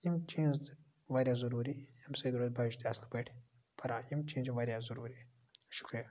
یِم چیٖز تہِ واریاہ ضوٚروٗری امہِ سۭتۍ روزِ بَچہِ تہِ اصل پٲٹھۍ پران یِم چیٖز چھِ واریاہ ضوٚروٗری شُکریہَ